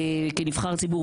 כנבחר ציבור,